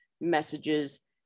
messages